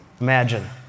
Imagine